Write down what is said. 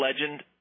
Legend